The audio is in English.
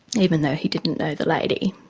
even though he didn't know the lady.